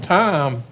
time